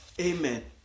amen